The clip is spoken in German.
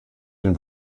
den